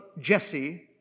Jesse